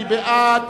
מי בעד?